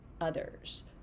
others